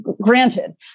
Granted